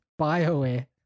Bioware